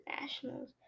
Nationals